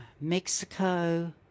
Mexico